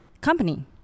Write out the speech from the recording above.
company